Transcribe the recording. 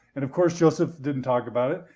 and of course, joseph didn't talk about it,